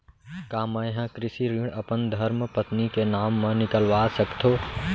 का मैं ह कृषि ऋण अपन धर्मपत्नी के नाम मा निकलवा सकथो?